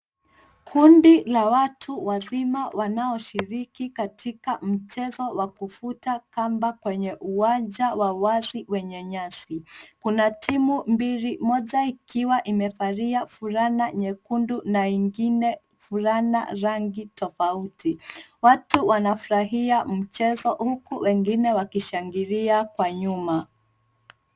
Kundi la watu wazima wanaoshiriki katika mchezo wa kuvuta kamba kwenye uwanja wa wazi wenye nyasi. Kuna timu mbili moja ikiwa imevalia fulana nyekundu na ingine fulana rangi tofauti. Watu wanafurahia mchezo huku wengine wakishangilia kwa nyuma.